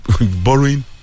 borrowing